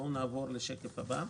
נעבור לשקף הבא.